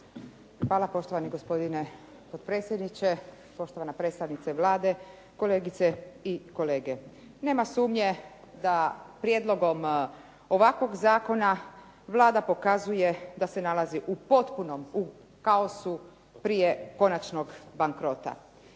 Hvala. Poštovani gospodine potpredsjedniče, poštovana predstavnice Vlade, kolegice i kolege. Nema sumnje da prijedlogom ovakvog zakona Vlada pokazuje da se nalazi u potpunom kaosu prije konačnog bankrota.